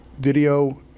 video